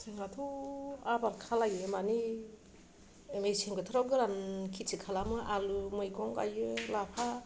जोंहाथ' आबाद खालामो माने मेसें बोथोराव गोरान खेथि खालामो आलु मैगं गायो लाफा